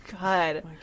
God